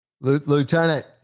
Lieutenant